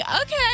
okay